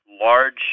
large